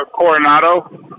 Coronado